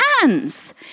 hands